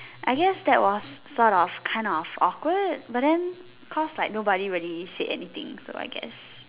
I guess that was kind sort of kind of awkward but then cause like nobody really said anything so I guess